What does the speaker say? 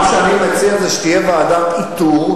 מה שאני מציע זה שתהיה ועדת איתור,